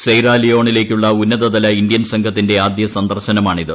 Sierra ലിയോണിലേക്കുള്ള ഉന്നതതല Indian സംഘത്തിന്റെ ആദ്യ സന്ദർശനമാണ് ഇത്